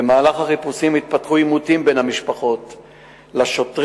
במהלך החיפושים התפתחו עימותים בין המשפחות לשוטרים,